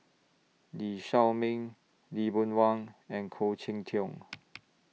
Lee Shao Meng Lee Boon Wang and Khoo Cheng Tiong